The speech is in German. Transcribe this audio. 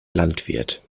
landwirt